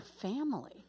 family